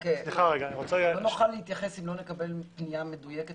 לא נוכל להתייחס אם לא נקבל פנייה מדויקת